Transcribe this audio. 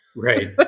Right